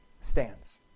stands